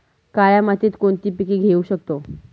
काळ्या मातीत कोणती पिके घेऊ शकतो?